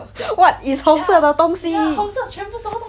what what is 红色的东西